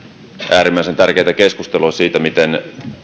äärimmäisen tärkeätä keskustelua siitä miten